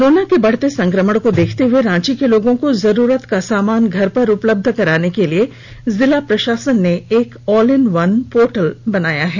corona के बढ़ते संक्रमण को देखते हुए रांची के लोगों को जरूरत का सामान घर पर उपलब्ध कराने के लिए जिला प्रशासन ने एक ऑल इन वन पोर्टल बनाया है